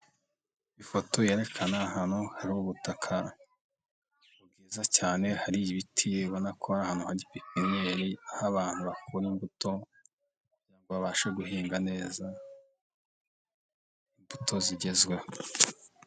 iIoto yerekana ahantu hari ubutaka bwiza cyane, hari ibiti ubonako ari aho abantu bakura imbuto babasha guhinga neza, imbuto zigezweho.